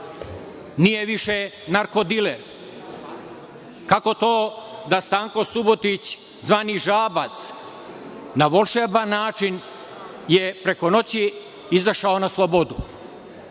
nije više narkodiler? Kako to da Stanko Subotić, zvani Žabac, na volšeban način je preko noći izašao na slobodu?